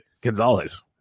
Gonzalez